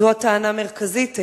זאת הטענה המרכזית,